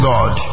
God